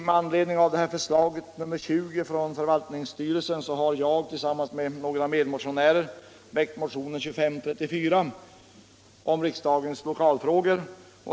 Med anledning av förslaget 1975/76:20 från förvaltningsstyrelsen har jag tillsammans med några medmotionärer väckt motionen 2534 om riksdagens lokalfrågor.